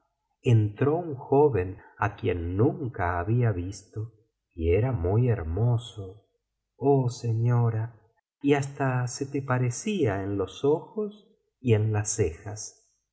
entró un joven á quien nunca había visto y era muy hermoso oh señora y hasta se te parecía en los ojos y en las cejas